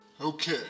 Okay